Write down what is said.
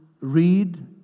read